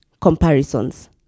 comparisons